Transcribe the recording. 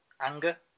anger